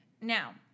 now